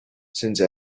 since